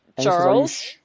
Charles